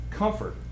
Comfort